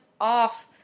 off